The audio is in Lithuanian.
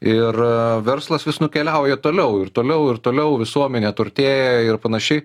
ir verslas vis nukeliauja toliau ir toliau ir toliau visuomenė turtėja ir panašiai